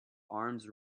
arms